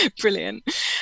brilliant